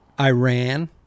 Iran